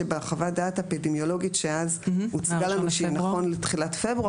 שבחוות הדעת האפידמיולוגית שאז הוצגה לנו שהיא נכון לתחילת פברואר,